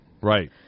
Right